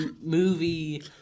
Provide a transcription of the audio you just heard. movie